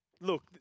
look